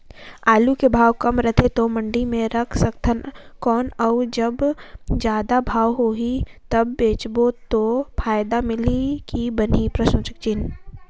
आलू के भाव कम रथे तो मंडी मे रख सकथव कौन अउ जब जादा भाव होही तब बेचबो तो फायदा मिलही की बनही?